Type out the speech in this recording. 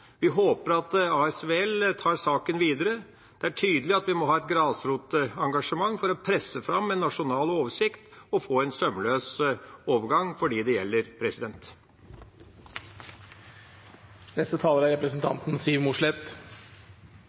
Vi håper at ASVL tar saken videre. Det er tydelig at vi må ha et grasrotengasjement for å presse fram en nasjonal oversikt og få en sømløs overgang for dem det gjelder. Jeg er